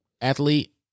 athlete